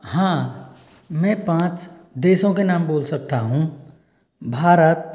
हाँ मैं पाँच देशों के नाम बोल सकता हूँ भारत